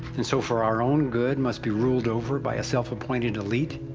and so, for our own good, must be ruled over by a self-appointed elite?